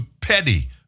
petty